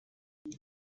die